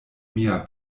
mia